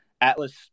Atlas